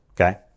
Okay